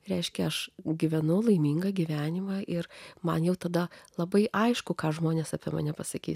reiškia aš gyvenu laimingą gyvenimą ir man jau tada labai aišku ką žmonės apie mane pasakys